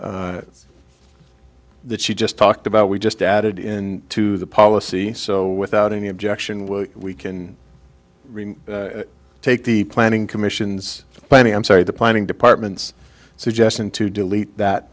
that you just talked about we just added in to the policy so without any objection we can take the planning commission's planning i'm sorry the planning department's suggestion to delete